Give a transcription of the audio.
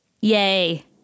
Yay